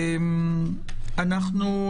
אנחנו,